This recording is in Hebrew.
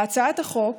בהצעת החוק